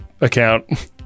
account